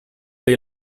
they